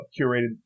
curated